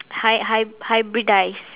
hy~ hy~ hybridize